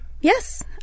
Yes